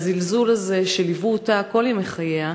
והזלזול הזה, שליוו אותה כל ימי חייה,